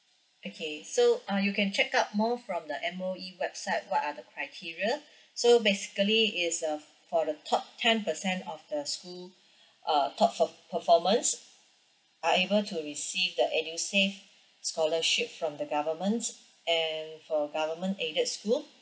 okay so uh you can check out more from the M_O_E website what are the criteria so basically it's uh for the top ten percent of the school uh top per~ performance are able to receive the edusave scholarship from the government and for government aided school